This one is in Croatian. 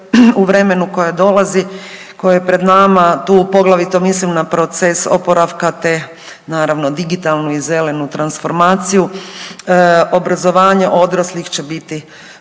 u vremenu koje dolazi, koje je pred nama tu poglavito mislim na proces oporavka te naravno digitalnu i zelenu transformaciju obrazovanje odraslih će biti